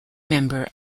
member